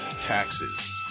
taxes